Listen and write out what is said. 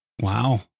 Wow